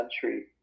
country